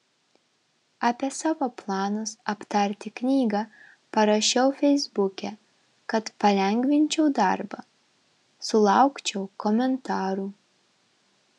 apie savo planus aptarti knygą parašiau feisbuke kad palengvinčiau darbą sulaukčiau komentarų